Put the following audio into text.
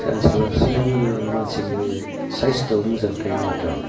सानस्रिब्लासो मानसिनि सायस्थ'आ मोजां थायोनो माथो